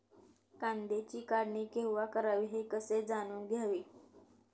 कांद्याची काढणी केव्हा करावी हे कसे जाणून घ्यावे?